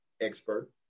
expert